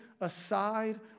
aside